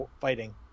fighting